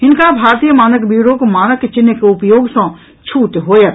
हिनका भारतीय मानक ब्यूरोक मानक चिन्ह् के उपयोग सँ छूट होयत